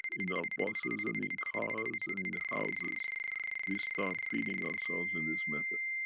in our buses and in cars and in houses we start feeding ourselves in this method.